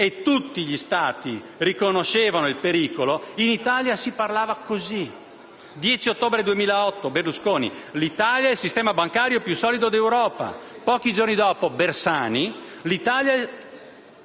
e tutti gli Stati riconoscevano il pericolo, in Italia si parlava come segue. Il 10 ottobre 2008, Berlusconi diceva: «l'Italia ha il sistema bancario più solido di Europa». Pochi giorni dopo, Bersani spiegava